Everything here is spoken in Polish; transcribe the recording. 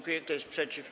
Kto jest przeciw?